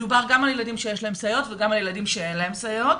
מדובר גם בילדים שיש להם סייעות וגם בילדים שאין להם סייעות.